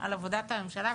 על עבודת הממשלה.